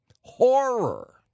horror